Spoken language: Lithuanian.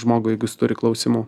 žmogui jeigu jis turi klausimų